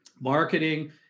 Marketing